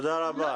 תודה רבה